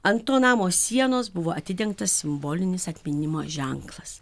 ant to namo sienos buvo atidengtas simbolinis atminimo ženklas